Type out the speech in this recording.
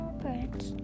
birds